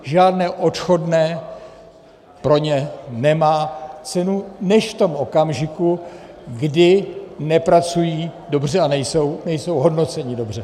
Žádné odchodné pro ně nemá cenu než v tom okamžiku, kdy nepracují dobře a nejsou hodnoceni dobře.